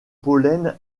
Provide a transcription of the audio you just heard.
pollen